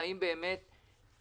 יהיה אפקט העדר,